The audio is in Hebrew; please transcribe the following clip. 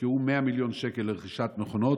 הושקעו 100 מיליון שקל ברכישת מכונות.